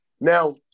Now